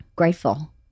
grateful